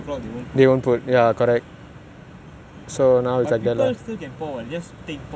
but people still can pour what they just take pour the thing but water cannot pour lah